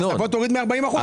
אז תוריד מה-40%.